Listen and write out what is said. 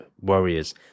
warriors